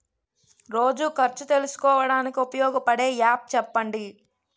రోజు ఖర్చు తెలుసుకోవడానికి ఉపయోగపడే యాప్ చెప్పండీ?